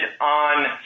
on